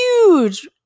huge